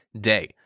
day